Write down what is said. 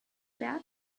bed